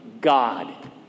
God